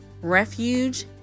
Refuge